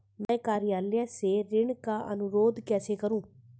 मैं कार्यालय से ऋण का अनुरोध कैसे करूँ?